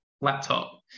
laptop